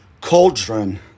cauldron